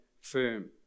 firm